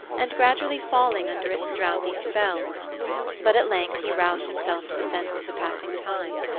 and gradually falling under its drowsy spell but at length he roused himself to the sense of the passing time.